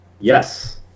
Yes